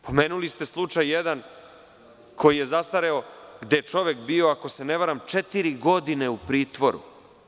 Pomenuli ste jedan slučaj koji je zastareo, gde je čovek bio, ako se ne varam, četiri godine u pritvoru.